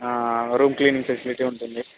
room cleaning facility ఉంటుంది